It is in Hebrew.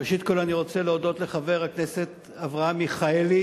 ראשית כול אני רוצה להודות לחבר הכנסת אברהם מיכאלי